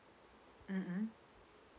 mm hmm